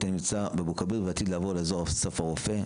הנמצא באבו כביר ועתיד לעבור לאזור "אסף הרופא".